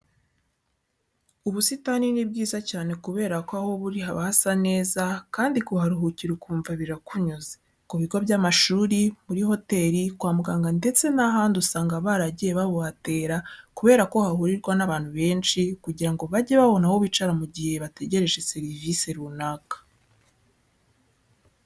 Ubusitani ni bwiza cyane kubera ko aho buri haba hasa neza kandi kuharuhukira ukumva birakunyuze. Ku bigo by'amashuri, muri hoteri, kwa muganga ndetse n'ahandi usanga baragiye babuhatera kubera ko hahurirwa n'abantu benshi kugira ngo bajye babona aho bicara mu gihe bategereje serivise runaka.